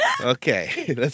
Okay